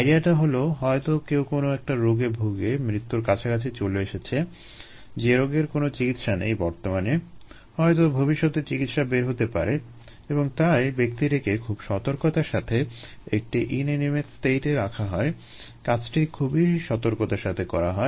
আইডিয়াটা হলো হয়তো কেউ কোনো একটা রোগে ভুগে মৃত্যুর কাছাকাছি চলে এসেছে যে রোগের কোনো চিকিৎসা নেই বর্তমানে হয়তো ভবিষ্যতে চিকিৎসা বের হতে পারে এবং তাই ব্যক্তিটিকে খুব সতর্কতার সাথে একটি ইনএনিমেট স্টেটে রাখা হয় কাজটি খুবই সতর্কতার সাথে করা হয়